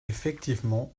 effectivement